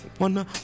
wonder